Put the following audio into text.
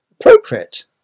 Appropriate